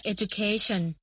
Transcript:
Education